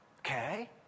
Okay